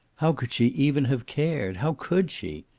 how could she even have cared? how could she?